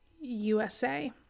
USA